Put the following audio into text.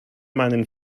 meinen